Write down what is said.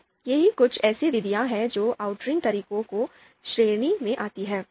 तो ये कुछ ऐसी विधियाँ हैं जो आउटर रिंग तरीकों की श्रेणी में आती हैं